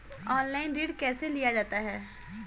Online ऋण कैसे लिया जाता है?